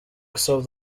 south